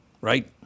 Right